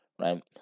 right